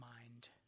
mind